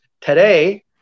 Today